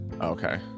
Okay